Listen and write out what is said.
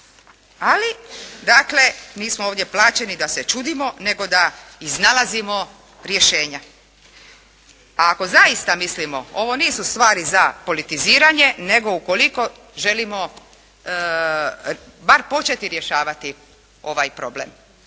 Ali dakle, nismo ovdje plaćeni da se čudimo nego da iznalazimo rješenja. A ako zaista mislimo, ovo nisu stvari za politiziranje, nego ukoliko želimo bar početi rješavati ovaj problem.